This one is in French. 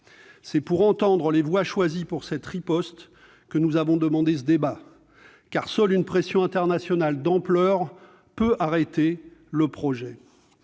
C'est pour entendre les voies choisies pour cette riposte que nous avons demandé ce débat, car seule une pression internationale d'ampleur peut arrêter le projet.